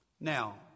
Now